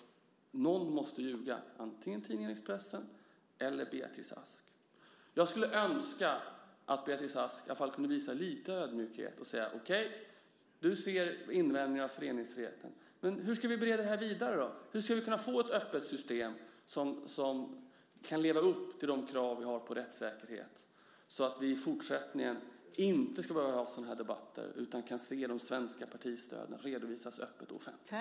Någon måste ljuga, antingen tidningen Expressen eller Beatrice Ask. Jag skulle önska att Beatrice Ask i alla fall kunde visa lite ödmjukhet och säga att hon ser inskränkningar i föreningsfriheten. Men hur ska vi bereda det här vidare? Hur ska vi kunna få ett öppet system som kan leva upp till de krav vi har på rättssäkerhet så att vi i fortsättningen inte ska behöva ha sådana här debatter utan kan se de svenska partistöden redovisas öppet och offentligt?